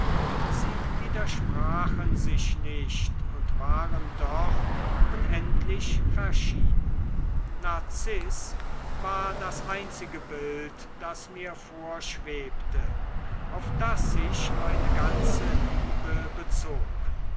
sie widersprachen sich nicht und waren doch unendlich verschieden narziß war das einzige bild das mir vorschwebte auf das sich meine ganze liebe bezog